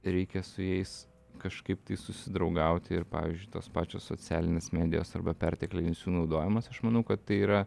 reikia su jais kažkaip tai susidraugauti ir pavyzdžiui tos pačios socialinės medijos arba perteklinis jų naudojamas aš manau kad tai yra